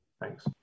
Thanks